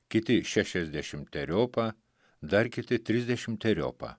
kiti šešiasdešimteriopą dar kiti trisdešimteriopą